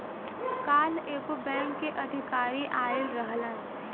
काल्ह एगो बैंक के अधिकारी आइल रहलन